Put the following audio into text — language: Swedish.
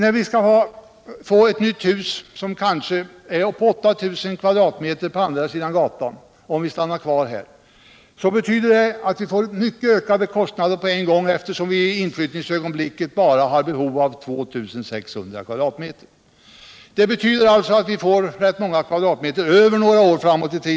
Om vi får ett nytt hus på kanske 8 000 m? på andra sidan gatan, betyder det att vi får mycket ökade kostnader, eftersom vi i inflyttningsögonblicket bara har behov av 2 600 m?. Det betyder att vi får ganska många kvadratmeter över för några år framåt.